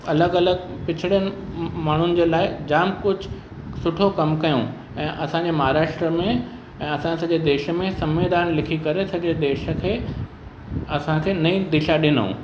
अलॻि अलॻि पिछड़नि माण्हुनि जे लाइ जाम कुझु सुठो कमु कयूं ऐं असांजे महाराष्ट्र में ऐं असांजे सॼे देश में सविंधान लिखी करे सॼे देश खे असांखे नई दिशा ॾिनूं